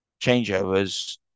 changeovers